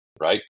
right